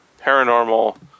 paranormal